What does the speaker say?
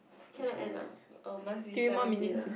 cannot end ah oh must be seventeen ah